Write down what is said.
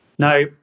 Now